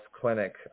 clinic